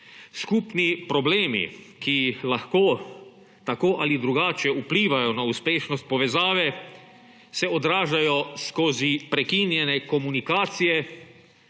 Skupni problemi, ki lahko tako ali drugače vplivajo na uspešnost povezave, se odražajo skozi prekinjene komunikacije,